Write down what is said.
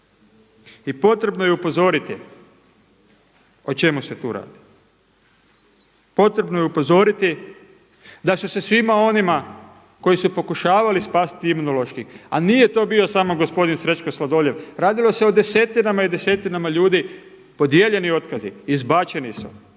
i potrebnu ju je upozoriti o čemu se tu radi. Potrebno je upozoriti da su se svima onima koji su pokušavali spasiti Imunološki, a nije to samo bio gospodin Srećko Sladoljev, radilo se o desetinama i desetinama ljudi podijeljeni otkazi, izbačeni su,